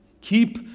keep